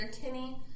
Kinney